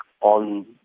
on